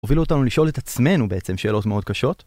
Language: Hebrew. הובילו אותנו לשאול את עצמנו בעצם שאלות מאוד קשות